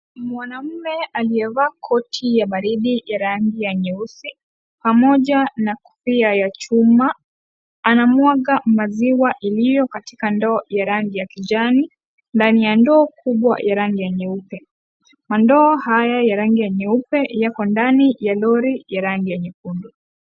Mwanamme aliyevaa koti ya baridi ya rangi nyeusi, pamoja na kofia ya chuma. Anamwaga maziwa iliyo katika ndoo ya rangi ya kijani. Ndani ya ndoo, kubwa ya rangi nyeupe. Mandoo haya ya rangi nyeupe, yako ndani ya lori ya rangi ya nyekundu.